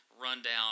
rundown